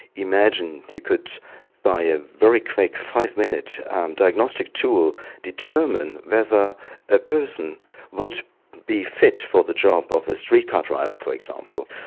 imagine, you could by a very quick five-minute diagnostic tool determine whether a person would be fit for the job of a street car driver, for example,